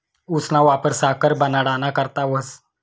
ऊसना वापर साखर बनाडाना करता व्हस